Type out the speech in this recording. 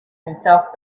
himself